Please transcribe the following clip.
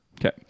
Okay